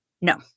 No